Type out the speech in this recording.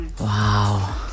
Wow